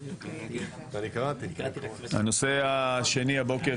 הנושא השני הבוקר,